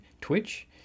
Twitch